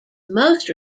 most